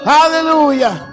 Hallelujah